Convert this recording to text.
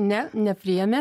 ne nepriėmė